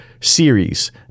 series